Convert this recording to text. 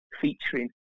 featuring